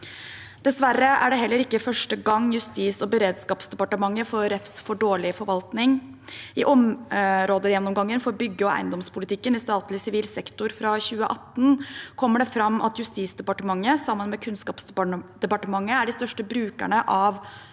Dessverre er det heller ikke første gang Justis- og beredskapsdepartementet får refs for dårlig forvaltning. I områdegjennomgangen for bygge- og eiendomspolitik ken i statlig sivil sektor fra 2018 kom det fram at Justisdepartementet sammen med Kunnskapsdepartementet er de største brukerne av